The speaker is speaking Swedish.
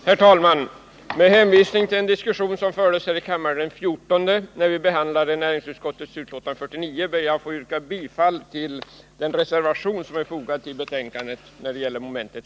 Herr talman! Med hänvisning till den diskussion som fördes här i kammaren den 14 maj, när vi behandlade näringsutskottets betänkande 49, ber jag att få yrka bifall till den reservation som är fogad till betänkandet.